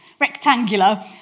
rectangular